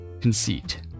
Conceit